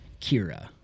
Kira